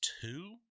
two